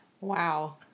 Wow